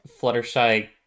Fluttershy